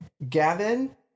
Gavin